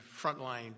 Frontline